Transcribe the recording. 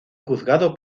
juzgado